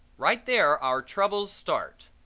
right there our troubles start.